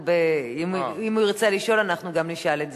אם הוא ירצה לשאול, אנחנו גם נשאל את זה.